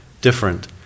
different